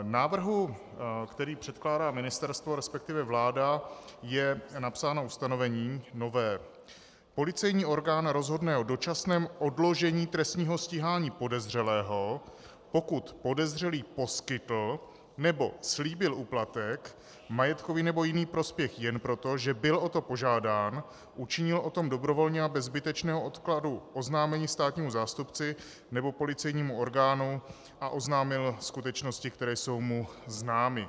V návrhu, který předkládá ministerstvo, resp. vláda, je napsáno nové ustanovení: Policejní orgán rozhodne o dočasném odložení trestního stíhání podezřelého, pokud podezřelý poskytl nebo slíbil úplatek, majetkový nebo jiný prospěch jen proto, že byl o to požádán, učinil o tom dobrovolně a bez zbytečného odkladu oznámení státnímu zástupci nebo policejnímu orgánu a oznámil skutečnosti, které jsou mu známy.